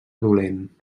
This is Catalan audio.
dolent